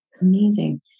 Amazing